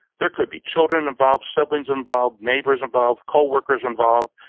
there could be children involved, siblings involved, neighbors involved, coworkers involved,